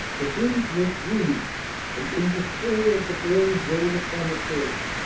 the hens went broody and in despair of the daily drain upon her purse,